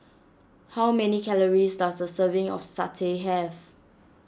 how many calories does a serving of Satay have